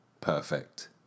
perfect